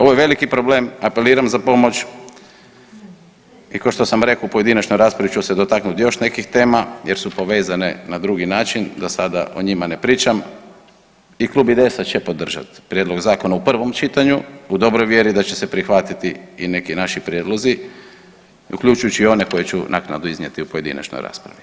Ovo je veliki problem, apeliram za pomoć i košto sam rekao u pojedinačnoj raspravi ću se dotaknuti još nekih tema jer su povezane na drugi način da sada o njima ne pričam i Klub IDS-a će podržat prijedlog zakona u prvom čitanju u dobroj vjeri da će prihvatiti i neki naši prijedlozi uključujući i one koje ću naknadno iznijeti u pojedinačnoj raspravi.